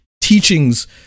teachings